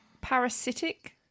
parasitic